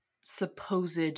supposed